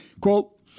quote